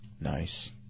Nice